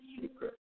secret